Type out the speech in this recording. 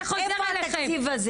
איפה התקציב הזה?